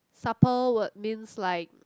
supple what means like